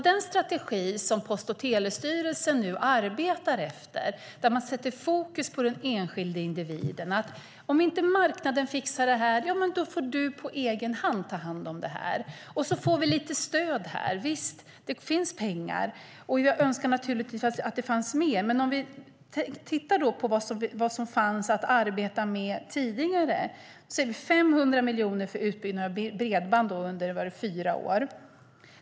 Den strategi som Post och telestyrelsen nu arbetar efter innebär att man sätter fokus på den enskilda individen. Om inte marknaden fixar det här får man ta hand om det på egen hand. Visst får man lite stöd. Det finns pengar. Jag önskar naturligtvis att det fanns mer. Låt oss titta på vad som fanns att arbeta med tidigare. Det är 500 miljoner för utbyggnad av bredband under fyra år.